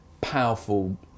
powerful